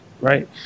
Right